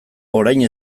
orain